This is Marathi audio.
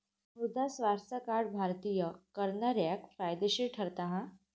मृदा स्वास्थ्य कार्ड भारतीय करणाऱ्याक फायदेशीर ठरता हा